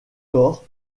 tore